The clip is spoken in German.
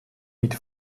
mit